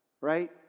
right